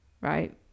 right